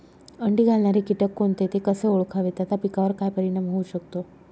अंडी घालणारे किटक कोणते, ते कसे ओळखावे त्याचा पिकावर काय परिणाम होऊ शकतो?